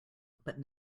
but